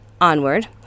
Onward